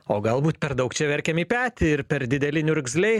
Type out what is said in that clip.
o galbūt per daug čia verkiam į petį ir per dideli niurgzliai